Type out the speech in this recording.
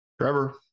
Trevor